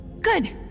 Good